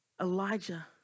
Elijah